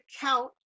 count